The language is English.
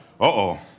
Uh-oh